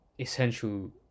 essential